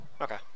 Okay